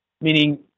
meaning